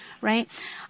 right